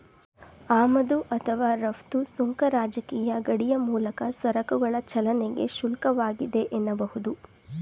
ಆಮದು ಅಥವಾ ರಫ್ತು ಸುಂಕ ರಾಜಕೀಯ ಗಡಿಯ ಮೂಲಕ ಸರಕುಗಳ ಚಲನೆಗೆ ಶುಲ್ಕವಾಗಿದೆ ಎನ್ನಬಹುದು